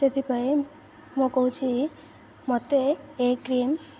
ସେଥିପାଇଁ ମୁଁ କହୁଛି ମତେ ଏ କ୍ରିମ୍